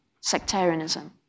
sectarianism